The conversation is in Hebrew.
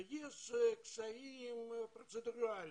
שיש קשיים פרוצדורליים,